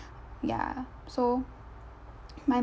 ya so my